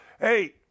hey